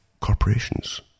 corporations